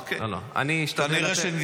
אוקיי, אה, אתה לא מוציא עכשיו, אוקיי.